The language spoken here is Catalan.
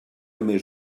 més